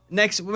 next